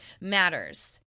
matters